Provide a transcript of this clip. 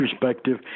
perspective